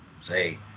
say